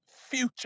future